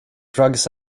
drugs